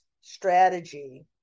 strategy